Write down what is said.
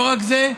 לא רק זה,